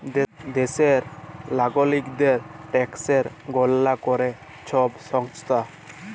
দ্যাশের লাগরিকদের ট্যাকসের গললা ক্যরে ছব সংস্থা